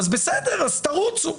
אז בסדר אז תרוצו.